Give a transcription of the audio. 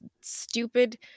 stupid